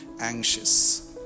anxious